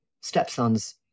stepson's